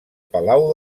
palau